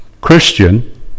Christian